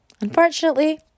Unfortunately